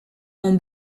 ont